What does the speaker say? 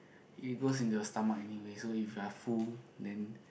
it goes into your stomach anyway so if you are full then